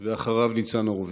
אחריו, ניצן הורוביץ.